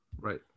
Right